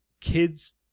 kids